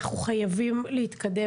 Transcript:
אנחנו חייבים להתקדם.